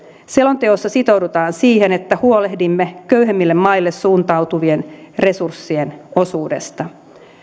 selonteossa sitoudutaan siihen että huolehdimme köyhemmille maille suuntautuvien resurssien osuudesta